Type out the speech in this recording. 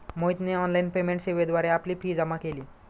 मोहितने online payment सेवेद्वारे आपली फी जमा केली